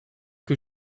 que